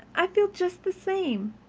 i feel just the same.